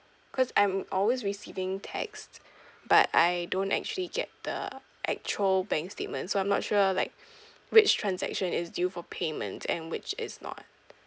cause I'm always receiving text but I don't actually get the actual bank statement so I'm not sure like which transaction is due for payment and which is not